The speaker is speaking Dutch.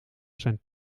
zijn